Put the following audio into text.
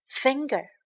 finger